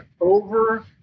over